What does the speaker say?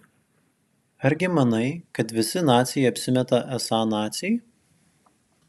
argi manai kad visi naciai apsimetė esą naciai